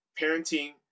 parenting